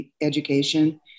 education